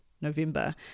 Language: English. November